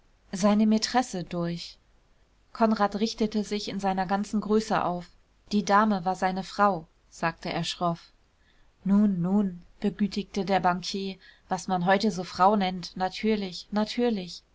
seine mätresse durch konrad richtete sich in seiner ganzen größe auf die dame war seine frau sagte er schroff nun nun begütigte der bankier was man heute so frau nennt natürlich natürlich